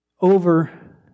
over